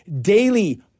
daily